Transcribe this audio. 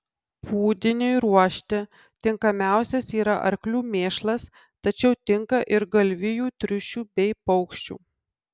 pūdiniui ruošti tinkamiausias yra arklių mėšlas tačiau tinka ir galvijų triušių bei paukščių